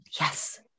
Yes